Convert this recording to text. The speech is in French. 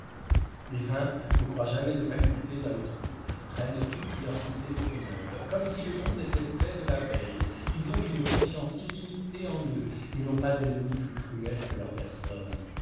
les uns ne croient jamais de facultés à autrui prennent toutes leurs idées comme neuves comme si le monde était fait de la veille ils ont une confiance illimitée en eux et n'ont pas d'ennemi plus cruel que leur personne